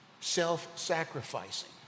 self-sacrificing